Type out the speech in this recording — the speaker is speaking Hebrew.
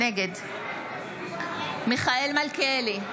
נגד מיכאל מלכיאלי,